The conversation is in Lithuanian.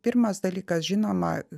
pirmas dalykas žinoma